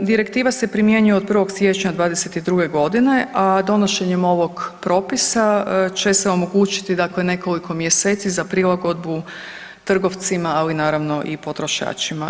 Direktiva se primjenjuje od 1. siječnja '22. g., a donošenjem ovog propisa će se omogućiti, dakle nekoliko mjeseci za prilagodbu trgovcima, ali naravno i potrošačima.